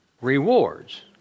Rewards